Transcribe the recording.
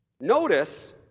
Notice